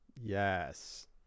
Yes